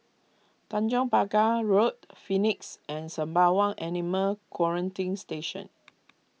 Tanjong Pagar Road Phoenix and Sembawang Animal Quarantine Station